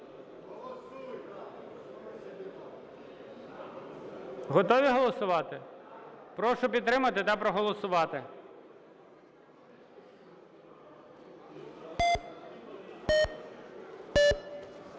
Готові голосувати? Прошу підтримати та проголосувати.